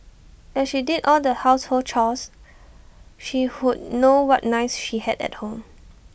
as she did all the household chores she would know what knives she had at home